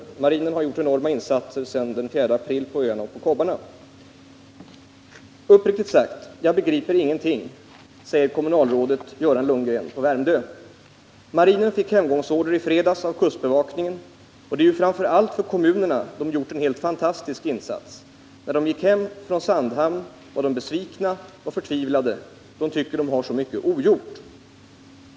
Marinen har gjort enorma insatser sen den 4 april på öarna och kobbarna. — Uppriktigt sagt — jag begriper ingenting, säger kommunalrådet Göran Lundgren på Värmdö. — Marinen fick hemgångsorder i fredags av kustbevakningen, och det är ju framförallt för kommunerna de gjort en heh fantastisk insats. När de gick från Sandhamn var de besvikna och förtvivlade — de tycker de har så mycket ogjort.